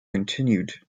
continued